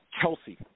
Kelsey